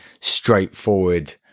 straightforward